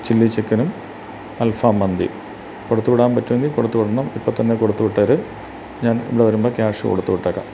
chilli ചിക്കനും അൽഫാമ്മന്തിയും കൊടുത്തുവിടാൻ പറ്റുമെങ്കില് കൊടുത്തുവിടണം ഇപ്പോള്ത്തന്നെ കൊടുത്തുവിട്ടേര് ഞാൻ ഇവിടെ വരുമ്പോള് ക്യാഷ് കൊടുത്തുവിട്ടേക്കാം